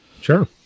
Sure